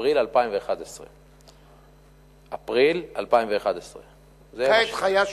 אפריל 2011. אפריל 2011. כעת חיה,